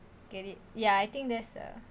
get it yeah I think there's a